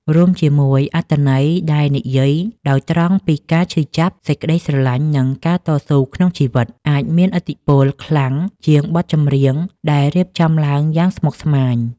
រួមជាមួយអត្ថន័យដែលនិយាយដោយត្រង់ពីការឈឺចាប់ សេចក្តីស្រឡាញ់ និងការតស៊ូក្នុងជីវិត អាចមានឥទ្ធិពលខ្លាំងជាងបទចម្រៀងដែលរៀបចំឡើងយ៉ាងស្មុគស្មាញ។